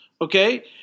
okay